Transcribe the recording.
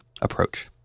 approach